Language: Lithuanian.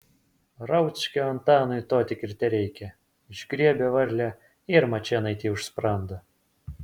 rauckio antanui to tik ir tereikia išgriebia varlę ir mačėnaitei už sprando